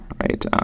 right